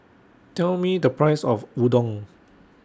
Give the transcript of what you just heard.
Tell Me The Price of Udon